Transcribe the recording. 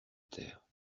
terre